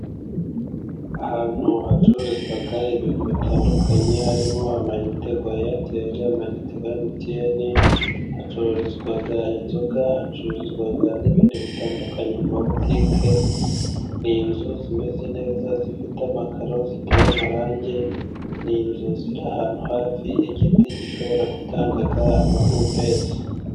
Ahantu hacururizwa ibintu bitandukanye, harimo amainite ya airtel, amainite ya MTN, hacururizwa inzoga, hacuruzwa n'ibindi bitandukanye mu mabotike, ni inzu zimeze neza, zifite amakaro, ziteye amarangi, n'inzu ziri ahantu hafi y'igiti gishobora gutanga amahumbezi.